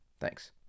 thanks